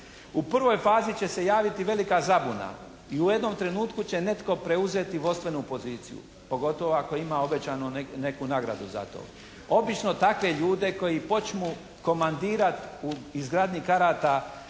U prvoj fazi će se javiti velika zabuna. I u jednom trenutku će netko preuzeti vodstvenu poziciju, pogotovo ako ima obećanu neku nagradu za to. Obično takve ljudi koji počnu komandirati u izgradnji karata